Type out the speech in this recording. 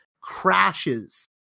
crashes